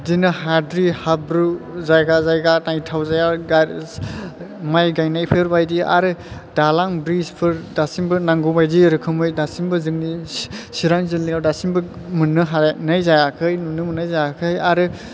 इदिनो हाद्रि हाब्रु जायगा जायगा नायथाव जाया गाज्रि माइ गाइनायफोरबायदि आरो दालां ब्रिज फोर दासिमबो नांगौ बायदि रोखोमै दासिमबो जोंनि चिरां जिल्लायाव दासिमबो मोननो हानाय जायाखै नुनो मोननाय जायाखै आरो